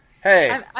Hey